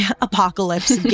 apocalypse